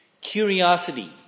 Curiosity